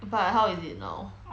but how is it now